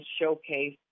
showcase